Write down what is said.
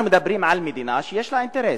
אנחנו מדברים על מדינה שיש לה אינטרס.